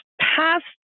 past